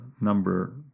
number